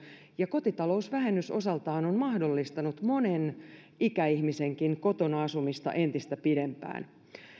ja kotitalousvähennys osaltaan on mahdollistanut monen ikäihmisenkin kotona asumista entistä pidempään